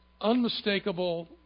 unmistakable